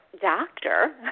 doctor